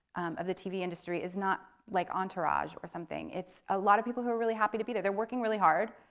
of the tv industry is not like entourage or something. it's a lot of people who are really happy to be there. they're working really hard,